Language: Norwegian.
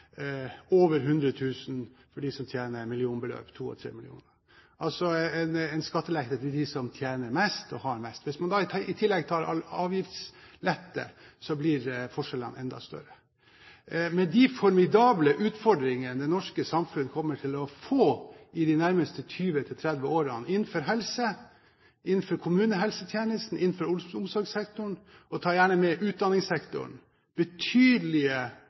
over 100 000 kr for dem som tjener millionbeløp, 2–3 mill. kr. Det er altså en skattelette til dem som tjener mest og har mest. Hvis man i tillegg tar med avgiftsletter, blir forskjellene enda større. Med de formidable utfordringene det norske samfunn kommer til å få i de nærmeste 20–30 årene innenfor helse, innenfor kommunehelsetjenesten, innenfor omsorgssektoren, og jeg tar gjerne med utdanningssektoren, med betydelige